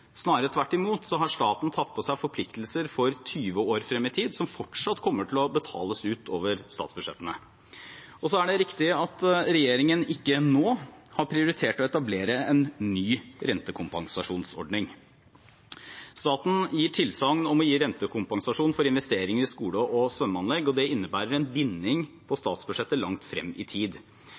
snarere tvert imot. Staten har tatt på seg forpliktelser 20 år frem i tid som fortsatt kommer til å betales ut over statsbudsjettene. Så er det riktig at regjeringen ikke nå har prioritert å etablere en ny rentekompensasjonsordning. Staten gir tilsagn om å gi rentekompensasjon for investeringer i skole- og svømmeanlegg, og det innebærer en binding på statsbudsjettet langt frem i tid.